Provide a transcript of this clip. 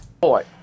Boy